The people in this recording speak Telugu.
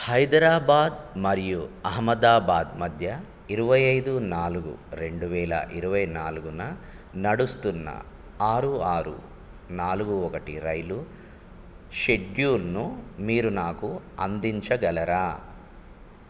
హైదరాబాద్ మరియు అహ్మదాబాద్ మధ్య ఇరవై ఐదు నాలుగు రెండు వేల నాలుగున నడుస్తున్న ఆరు ఆరు నాలుగు ఒకటి రైలు షెడ్యూల్ను మీరు నాకు అందించగలరా